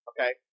Okay